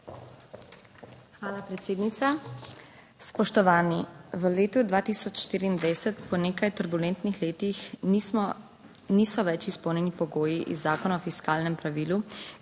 Hvala, predsednica. Spoštovani. V letu 2024 po nekaj turbulentnih letih nismo, niso več izpolnjeni pogoji iz Zakona o fiskalnem pravilu,